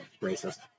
racist